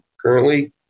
currently